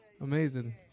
Amazing